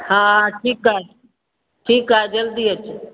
हा ठीकु आहे ठीकु आहे जल्दी अचु